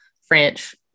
French